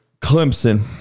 Clemson